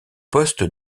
poste